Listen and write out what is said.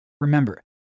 Remember